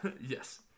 Yes